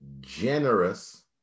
generous